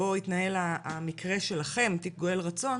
בו התנהל המקרה שלכם, תיק גואל רצון,